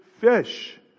fish